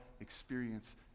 experience